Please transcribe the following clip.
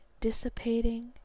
dissipating